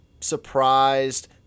surprised